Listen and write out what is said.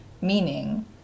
meaning